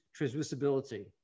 transmissibility